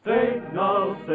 Signal